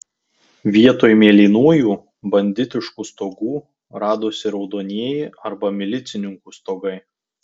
vietoj mėlynųjų banditiškų stogų radosi raudonieji arba milicininkų stogai